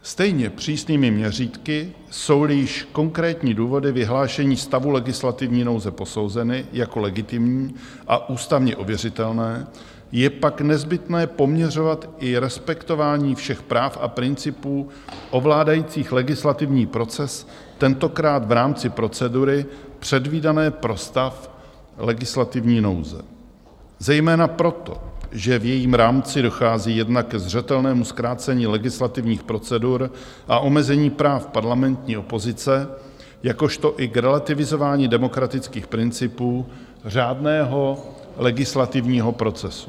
Stejně přísnými měřítky, jsouli již konkrétní důvody vyhlášení stavu legislativní nouze posouzeny jako legitimní a ústavně ověřitelné, je pak nezbytné poměřovat i respektování všech práv a principů ovládajících legislativní proces, tentokrát v rámci procedury předvídané pro stav legislativní nouze zejména proto, že v jejím rámci dochází jednak ke zřetelnému zkrácení legislativních procedur a omezení práv parlamentní opozice, jakožto i k relativizování demokratických principů řádného legislativního procesu.